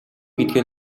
гэдгээ